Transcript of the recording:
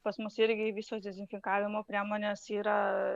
pas mus irgi visos dezinfekavimo priemonės yra